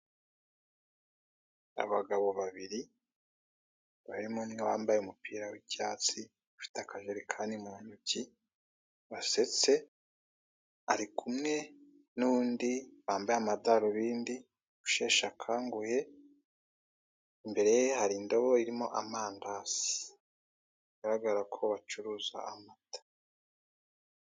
Abagabo babiri barimo umwe wambaye umupira w'icyatsi ufite akajerekani mu ntoki, wasetse, ari kumwe n'undi wambaye amadarubindi usheshe akanguhe, imbere ye hari indobo irimo amandazi, bigaragara ko bacuruza amata.